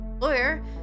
Lawyer